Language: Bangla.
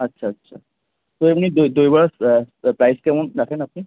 আচ্ছা আচ্ছা তো এমনি দই বড়ার প্রা প্রাইসটা কেমন রাখেন আপনি